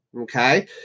Okay